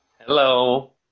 Hello